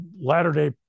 Latter-day